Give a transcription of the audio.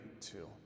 two